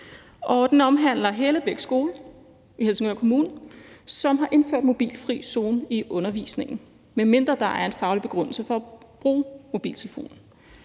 Den omhandler Hellebæk Skole i Helsingør Kommune, som har indført mobilfri zone i undervisningen, medmindre der er en faglig begrundelse for at bruge mobiltelefon.